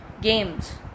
games